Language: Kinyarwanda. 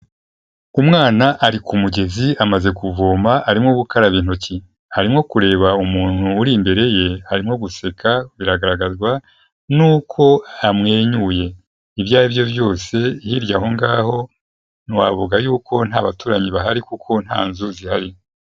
Umwana ari ku mugezi amaze kuvoma arimo gukaraba intoki, arimo kureba umuntu uri imbere ye, arimo guseka, biragaragazwa n'uko yamwenyuye, ibyo aribyo byose hirya aho ngaho ntiwavuga yuko nta baturanyi bahari kuko nta nzu zihari.